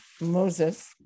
Moses